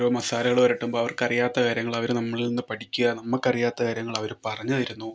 ഓരോ മസാലകൾ പുരട്ടുമ്പോൾ അവർക്കറിയാത്ത കാര്യങ്ങൾ അവർ നമ്മളിൽ നിന്ന് പഠിക്കുക നമ്മക്കറിയാത്ത കാര്യങ്ങൾ അവർ പറഞ്ഞ് തരുന്നു